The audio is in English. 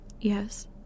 Yes